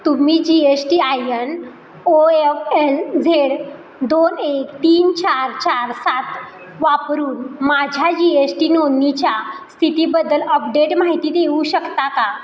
तुम्ही G S T I N O F L Z दोन एक तीन चार चार सात वापरून माझ्या जी एश टी नोंदणीच्या स्थितीबद्दल अपडेट माहिती देऊ शकता का